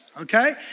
Okay